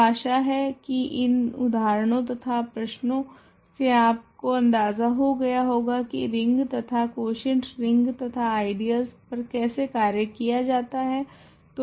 तो आशा है की इन उदाहरणों तथा प्रश्नो से आपको अंदाजा हो गया होगा की रिंग तथा क्वॉशेंट रिंग तथा आइडियलस पर कैसे कार्य किया जाता है